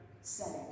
setting